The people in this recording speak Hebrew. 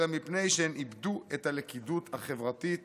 אלא מפני שהן איבדו את הלכידות החברתית